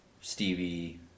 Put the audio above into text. Stevie